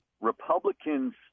Republicans